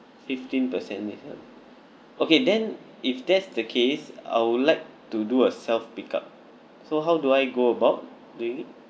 fifteen percent discount okay then if that's the case I would like to do a self pick up so how do I go about doing it